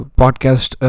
podcast